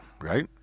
right